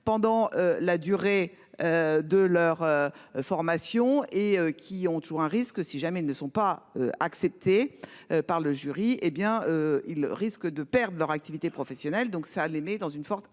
pendant la durée. De leur formation et qui ont toujours un risque, si jamais ils ne sont pas acceptés par le jury. Eh bien ils risquent de perdre leur activité professionnelle donc ça allait mais dans une forte